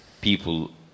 people